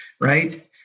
Right